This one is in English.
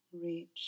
reach